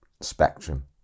spectrum